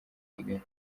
kigali